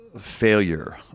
failure